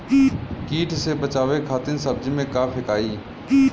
कीट से बचावे खातिन सब्जी में का फेकाई?